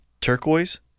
Turquoise